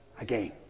again